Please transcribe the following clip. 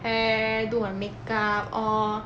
hair do my makeup all